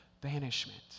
banishment